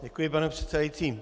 Děkuji, pane předsedající.